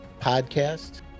podcast